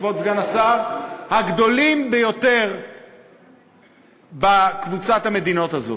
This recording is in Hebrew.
כבוד סגן השר, הגדולים ביותר בקבוצת המדינות האלה.